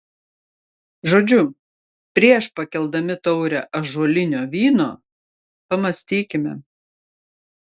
žodžiu prieš pakeldami taurę ąžuolinio vyno pamąstykime